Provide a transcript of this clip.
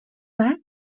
back